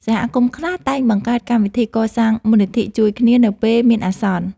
សហគមន៍ខ្លះតែងបង្កើតកម្មវិធីកសាងមូលនិធិជួយគ្នានៅពេលមានអាសន្ន។